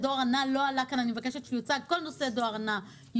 אני מבקשת שהוא יוצג בפירוט.